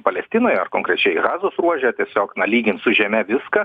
palestinoje ar konkrečiai gazos ruože tiesiog na lygins su žeme viską